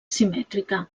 simètrica